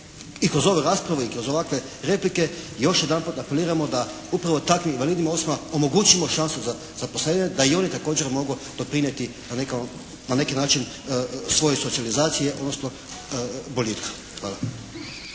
kroz ovu raspravu i kroz ovakve replike još jedanput apeliramo da upravo takvim invalidnim osobama omogućimo šansu za zaposlenje da i oni također mogu doprinijeti na neki način svojoj socijalizaciji odnosno boljitku. Hvala.